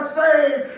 saved